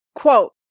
Quote